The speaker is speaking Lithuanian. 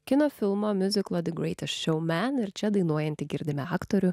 kino filmo miuziklo the greatest showman ir čia dainuojant girdime aktorių